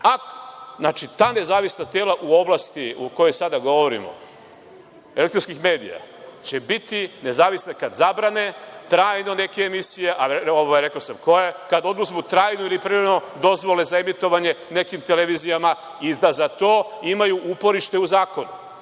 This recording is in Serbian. se dešava. Ta nezavisna tela u oblasti o kojoj sada govorimo, elektronskih medija, će biti nezavisna kada zabrane trajno neke emisije, rekao sam koje, kada oduzmu trajno ili privremeno dozvole za emitovanje nekim televizijama i da za to imaju uporište u zakonu,